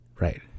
Right